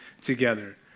together